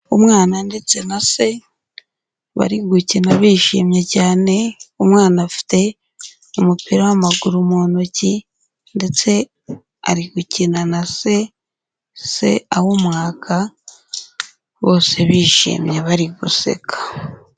Umwana ndetse na se, bari gukina bishimye cyane, umwana afite umupira w'amaguru mu ntoki, ndetse ari gukina na se, se awumwaka, bose bishimye bari guseka.